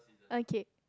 okay